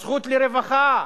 הזכות לרווחה,